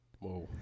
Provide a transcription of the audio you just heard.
Whoa